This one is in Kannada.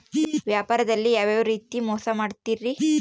ವ್ಯಾಪಾರದಲ್ಲಿ ಯಾವ್ಯಾವ ರೇತಿ ಮೋಸ ಮಾಡ್ತಾರ್ರಿ?